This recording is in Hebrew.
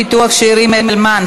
ביטוח שאירים לאלמן),